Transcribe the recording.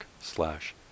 slash